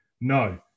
no